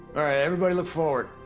all right. everybody look forward.